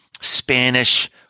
Spanish